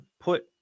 put